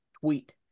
tweet